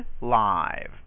live